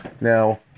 Now